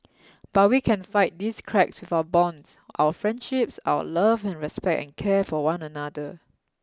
but we can fight these cracks with our bonds our friendships our love and respect and care for one another